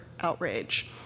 outrage